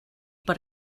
per